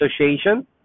association